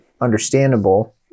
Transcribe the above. understandable